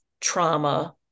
trauma